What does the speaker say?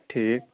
ٹھیٖک